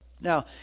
Now